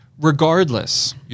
Regardless